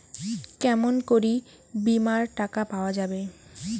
কেমন করি বীমার টাকা পাওয়া যাবে?